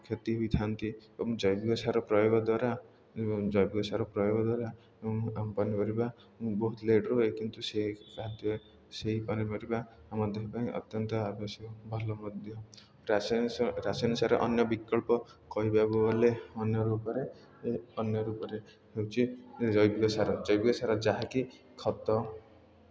କ୍ଷତି ହୋଇଥାନ୍ତି ଏବଂ ଜୈବିକ ସାର ପ୍ରୟୋଗ ଦ୍ୱାରା ଜୈବିକ ସାର ପ୍ରୟୋଗ ଦ୍ୱାରା ଆମ ପନିପରିବା ମୁଁ ବହୁତ ଲେଟ୍ ରେ ହୁଏ କିନ୍ତୁ ସେ ଖାଦ୍ୟ ସେହି ପନିପରିବା ଆମ ଦେହ ପାଇଁ ଅତ୍ୟନ୍ତ ଆବଶ୍ୟକ ଭଲ ମଧ୍ୟ ରାସାୟନ ରାସାୟନିକ ସାର ଅନ୍ୟ ବିକଳ୍ପ କହିବାକୁ ଗଲେ ଅନ୍ୟ ରୂପରେ ଅନ୍ୟ ରୂପରେ ହେଉଛି ଜୈବିକ ସାର ଜୈବିକ ସାର ଯାହାକି ଖତ